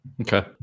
Okay